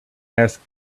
asked